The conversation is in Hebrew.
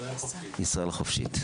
מישראל חופשית.